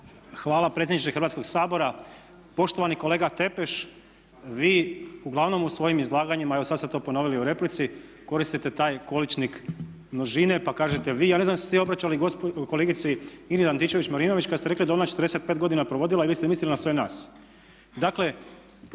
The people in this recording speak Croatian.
Hvala predsjedniče Hrvatskoga sabora. Poštovnani kolega Tepeš, vi uglavnom u svojim izlaganjima, evo sada ste to ponovili u replici, koristite taj količnik množine pa kažete vi, ja ne znam jeste li se vi obraćali kolegici Ingrid Antičević Marinović kada ste rekli da je ona 45 godina provodila ili ste mislili na sve nas? Dakle